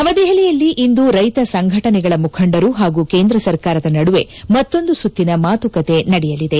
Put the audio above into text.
ನವದೆಹಲಿಯಲ್ಲಿಂದು ರೈತ ಸಂಘಟನೆಗಳ ಮುಖಂಡರು ಹಾಗೂ ಕೇಂದ್ರ ಸರ್ಕಾರದ ನಡುವೆ ಮತ್ತೊಂದು ಸುತ್ತಿನ ಮಾತುಕತೆ ನಡೆಯಲಿದೆ